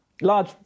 large